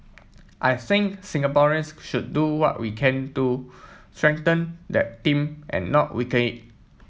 I think Singaporeans should do what we can to strengthen that team and not weaken it